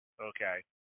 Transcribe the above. okay